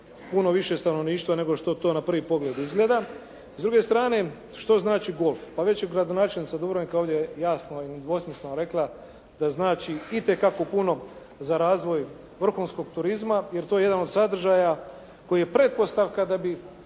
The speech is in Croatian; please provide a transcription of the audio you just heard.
puno više stanovništvo nego što to na prvi pogled izgleda. S druge strane, što znači golf? Pa već je gradonačelnica Dubrovnika ovdje jasno i nedvosmisleno rekla da znači itekako puno za razvoj vrhunskog turizma, jer to je jedan od sadržaja koji je pretpostavka da bi